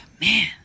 man